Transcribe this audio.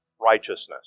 righteousness